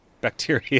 bacteria